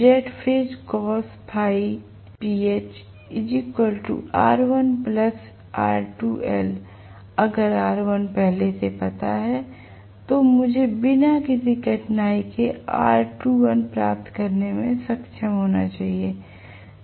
अगर R1पहले से पता हैतो मुझे बिना किसी कठिनाई के R2l प्राप्त करने में सक्षम होना चाहिए